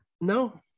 No